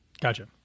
Gotcha